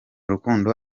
rukundo